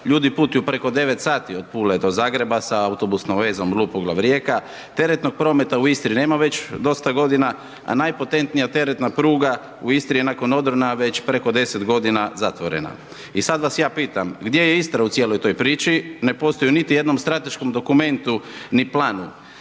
ljudi putuju preko 9 sati od Pule do Zagreba sa autobusnom vezom Lupoglav – Rijeka, teretnog prometa u Istri nema već dosta godina, a najpotentnija teretna pruga u Istri je nakon odrona već preko 10 godina zatvorena. I sad vas ja pitam, gdje je Istra u cijeloj to priči, ne postoji u niti jednom strateškom dokumentu ni plan